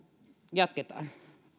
jatketaan